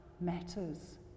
matters